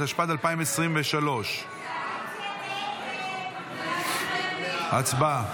התשפ"ד 2023. הצבעה.